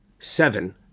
Seven